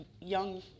young